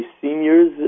seniors